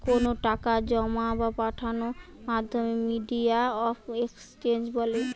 কোনো টাকা জোমা বা পাঠানোর মাধ্যমকে মিডিয়াম অফ এক্সচেঞ্জ বলে